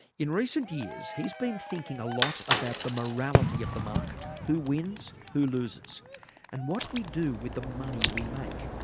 in recent years he's been thinking a lot about the morality of the market who wins, who loses and what we do with the money we make.